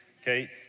okay